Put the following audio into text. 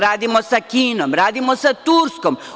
Radimo sa Kinom, radimo sa Turskom.